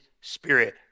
spirit